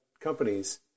companies